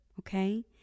okay